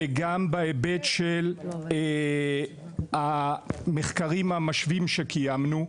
וגם בהיבט של המחקרים המשווים שקיימנו,